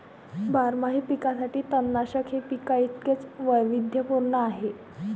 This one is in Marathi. बारमाही पिकांसाठी तणनाशक हे पिकांइतकेच वैविध्यपूर्ण आहे